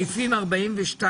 הישיבה ננעלה בשעה